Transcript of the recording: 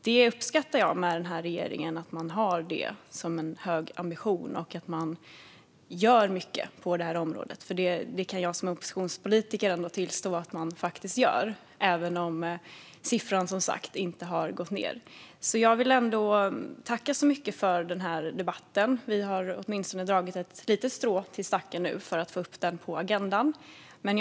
Detta uppskattar jag med regeringen - att man har det som en hög ambition och att man gör mycket på detta område. Jag kan som oppositionspolitiker tillstå att man faktiskt gör det, även om siffran som sagt inte har gått ned. Jag vill tacka så mycket för debatten. Vi har åtminstone dragit ett litet strå till stacken nu för att få upp frågan på agendan.